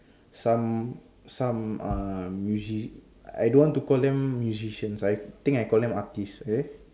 some some uh music I don't want to call them musicians I think I call them artist okay